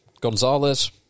Gonzalez